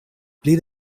pli